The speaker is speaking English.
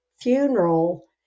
funeral